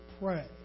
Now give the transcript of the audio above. pray